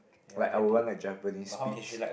like I would want a Japanese Spitz